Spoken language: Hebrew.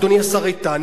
אדוני השר איתן,